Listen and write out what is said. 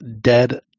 dead